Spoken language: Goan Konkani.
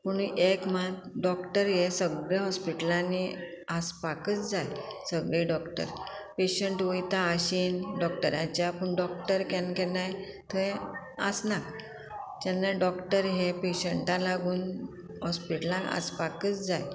पूण एक मात डॉक्टर हे सगळें हॉस्पिटलांनी आसपाकच जाय सगळें डॉक्टर पेशंट वयता आशेन डॉक्टराच्या पूण डॉक्टर केन्ना केन्नाय थंय आसनात तेन्ना डॉक्टर हे पेशंटा लागून हॉस्पिटलान आसपाकच जाय